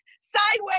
sideways